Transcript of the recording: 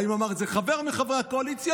האם אמר את זה חבר מחברי הקואליציה?